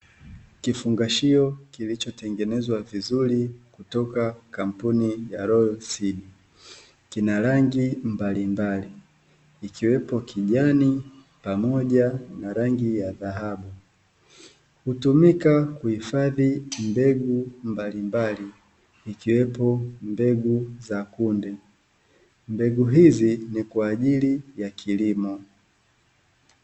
Kifungashio kilichotengenezwa vizuri kutoka kampuni ya "ROYAL SEED" kina rangi mbalimbali, ikiwepo kijani pamoja na rangi ya dhahabu, hutumika kuhifadhi mbegu mbalimbali zikiwepo mbegu za kunde, mbegu hizi ni kwa ajili ya kilimo.